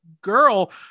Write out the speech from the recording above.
girl